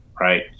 right